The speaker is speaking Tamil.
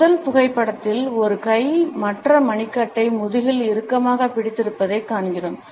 முதல் புகைப்படத்தில் ஒரு கை மற்ற மணிக்கட்டை முதுகில் இறுக்கமாகப் பிடித்திருப்பதைக் காண்கிறோம்